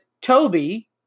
Toby